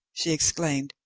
she exclaimed.